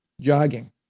jogging